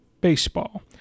baseball